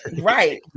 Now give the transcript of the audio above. right